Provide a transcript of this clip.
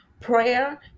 Prayer